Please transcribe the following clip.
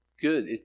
good